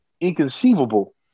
inconceivable